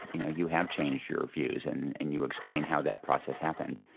you know, you have changed your views and and you explain how that process happened.